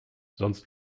sonst